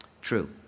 True